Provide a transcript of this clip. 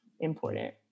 important